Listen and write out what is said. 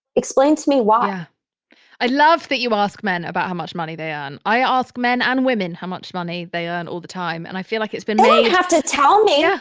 explain to me why i love that you ask men about how much money they earn. i ask men and women how much money they earn all the time. and i feel like it's been made they don't have to tell me. yeah